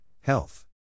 health